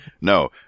No